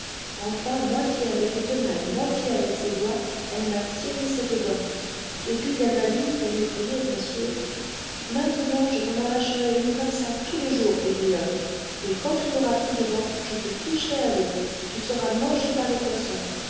enfin moitié avec les tenailles moitié avec ses doigts elle m'a tiré cette dent et puis elle m'a dit pour m'effrayer bien sûr maintenant je t'en arracherai une comme ça tous les jours pégriotte et quand tu n'auras plus de dents je te ficherai à l'eau tu seras mangée par les poissons